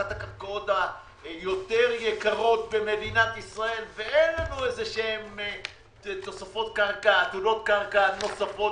זו אחת הקרקעות היותר יקרות במדינת ישראל ואין לנו עתודות קרקע נוספות,